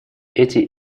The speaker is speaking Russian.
эти